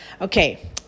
Okay